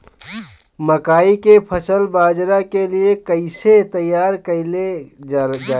मकई के फसल बाजार के लिए कइसे तैयार कईले जाए?